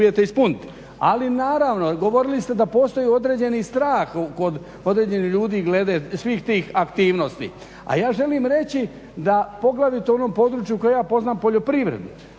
Ali naravno, govorili ste da postoji određeni strah kod određenih ljudi glede svih tih aktivnosti. A ja želim reći da poglavito u onom području koje ja poznam, poljoprivredi,